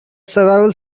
survival